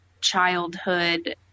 childhood